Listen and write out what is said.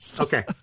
Okay